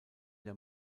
der